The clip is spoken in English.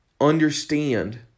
understand